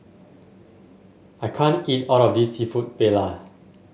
I can't eat all of this seafood Paella